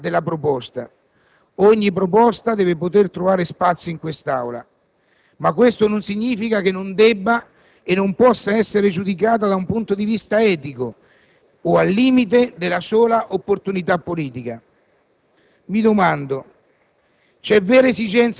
Non sto discutendo della legittimità della proposta; ogni disegno di legge deve poter trovare spazio in quest'Aula. Ciò non significa tuttavia che non debba e non possa essere giudicato da un punto di vista etico o, al limite, della sola opportunità politica.